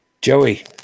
joey